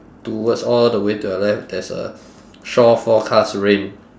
towards all the way to your left there's a shore forecast rain